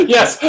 Yes